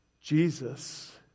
Jesus